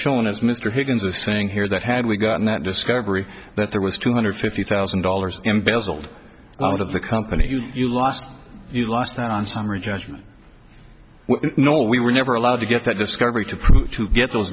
shown as mr higgins are saying here that had we gotten that discovery that there was two hundred fifty thousand dollars embezzled out of the company you lost you lost that on summary judgment no we were never allowed to get that discovery to prove to get those